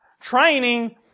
Training